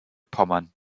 pommern